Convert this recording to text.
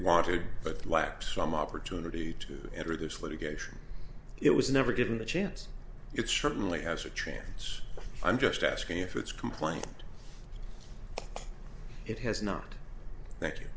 wanted but lacked some opportunity to introduce litigation it was never given the chance it certainly has a chance i'm just asking if it's complaint it has not thank you